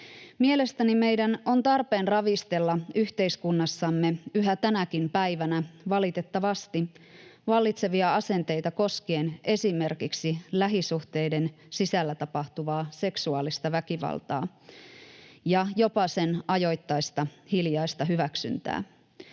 Mielestäni meidän on tarpeen ravistella yhteiskunnassamme yhä tänäkin päivänä, valitettavasti, vallitsevia asenteita koskien esimerkiksi lähisuhteiden sisällä tapahtuvaa seksuaalista väkivaltaa ja jopa sen ajoittaista hiljaista hyväksyntää.